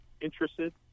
Interested